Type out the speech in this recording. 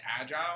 agile